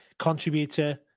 Contributor